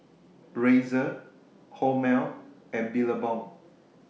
Razer Hormel and Billabong